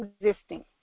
existing